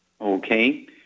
Okay